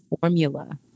formula